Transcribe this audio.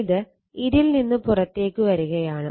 ഇത് ഇതിൽ നിന്ന് പുറത്തേക്ക് വരുകയാണ്